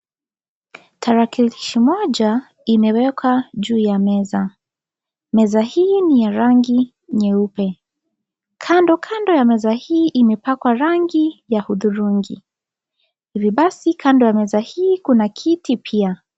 Tarakilishi moja imewekwa juu ya meza. Meza hii ni ya rangi nyeupe. Kando kando ya meza hii imepakwa rangi ya hudhurungi. Hivi basi kando ya meza hii kuna kiti pia.